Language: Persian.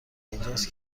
اینجاست